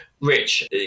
Rich